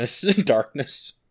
darkness